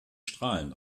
strahlend